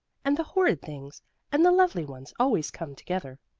and the horrid things and the lovely ones always come together.